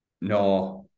No